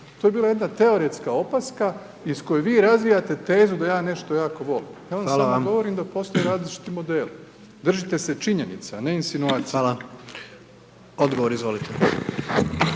To je bila jedna teoretska opaska iz koje vi razvijate tezu da ja nešto jako volim…/Upadica: Hvala vam/…ja vam samo govorim da postoje različiti modeli, držite se činjenica, a ne insinuacija. **Jandroković,